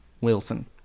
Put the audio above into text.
Wilson